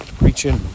preaching